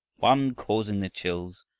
one causing the chills,